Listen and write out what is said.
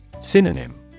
Synonym